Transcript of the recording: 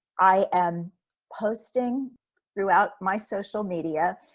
i am posting throughout my social media,